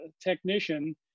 technician